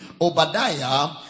obadiah